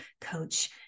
coach